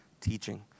teaching